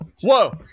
Whoa